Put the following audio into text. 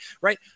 right